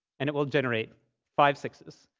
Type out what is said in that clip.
and it will generate five six s,